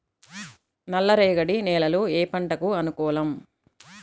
నల్ల రేగడి నేలలు ఏ పంటకు అనుకూలం?